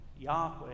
Yahweh